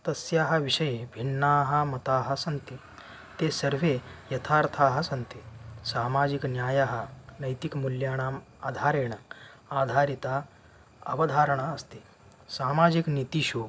तस्याः विषये भिन्नाः मताः सन्ति ते सर्वे यथार्थाः सन्ति सामाजिकन्यायः नैतिक मूल्यानाम् आधारेण आधारिता अवधारणा अस्ति सामाजिक नीतिषु